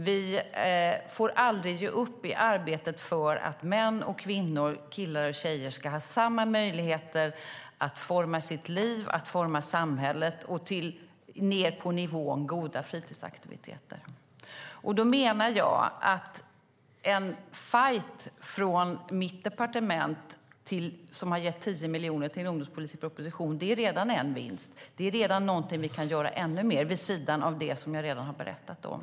Vi får aldrig ge upp arbetet för att män och kvinnor, killar och tjejer ska ha samma möjligheter att forma sitt liv och att forma samhället. Det gäller ned på nivån för goda fritidsaktiviteter. Jag menar då att en fajt från mitt departement som har gett 10 miljoner till en ungdomspolitisk proposition redan är en vinst. Det leder till att vi kan göra ännu mer, vid sidan av det som jag redan har berättat om.